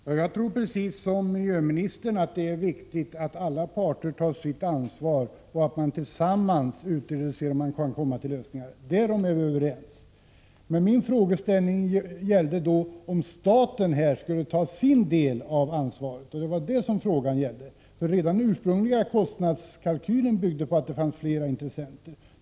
Herr talman! Jag är överens med miljöministern om att det är viktigt att 6 november 1986 alla parter tar sitt ansvar och att man prövar om man tillsammans kan komma fram till lösningar. Men min frågeställning gällde om staten kommer att ta sin del av ansvaret. Redan den ursprungliga kostnadskalkylen byggde på att det skulle finnas flera intressenter.